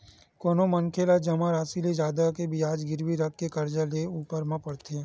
कोनो मनखे ला जमा रासि ले जादा के बियाज गिरवी रखके करजा लेय ऊपर म पड़थे